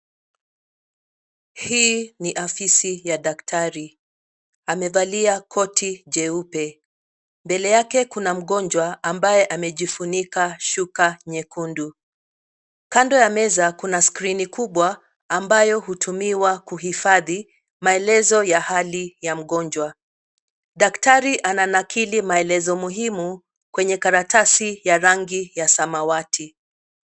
Hii ni afisi ya daktari. Amevalia koti jeupe. Mbele yake kuna mgonjwa ambaye amejifunika shuka nyekundu. Kando ya meza kuna skrini kubwa ambayo hutumiwa kuhifadhi maelezo ya hali ya mgonjwa. Daktari ananakili maelezo muhimu kwenye karatasi ya rangi ya samawati.